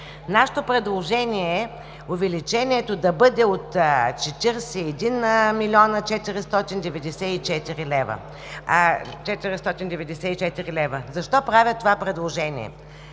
Нашето предложение е увеличението да бъде от 41 млн. 494 лв. Защо правя това предложение?